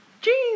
Jeans